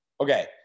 okay